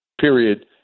period